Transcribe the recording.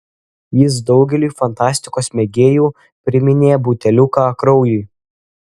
jis daugeliui fantastikos mėgėjų priminė buteliuką kraujui